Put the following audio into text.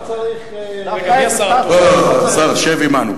לא צריך, השר, שב עמנו.